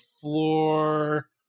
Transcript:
floor